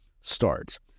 starts